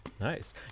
Nice